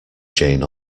jane